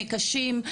קשים,